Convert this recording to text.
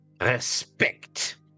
Respect